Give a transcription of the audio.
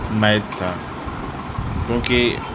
math تھا کیونکہ